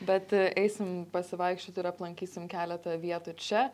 bet eisim pasivaikščiot ir aplankysim keletą vietų čia